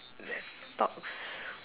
a box